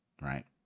right